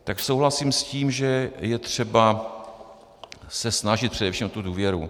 Tak souhlasím s tím, že je třeba se snažit především o tu důvěru.